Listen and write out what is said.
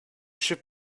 should